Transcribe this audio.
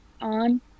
on